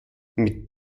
mit